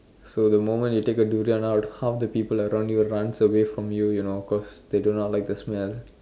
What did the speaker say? so the moment you take a durian out half the people around you runs away from you you know cause they do not like the smell